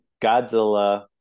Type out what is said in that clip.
Godzilla